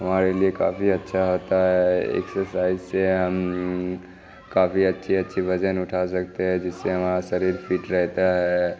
ہمارے لیے کافی اچھا ہوتا ہے ایکسرسائز سے ہم کافی اچھی اچھی وزن اٹھا سکتے ہیں جس سے ہمارا شریر فٹ رہتا ہے